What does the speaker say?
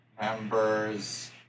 members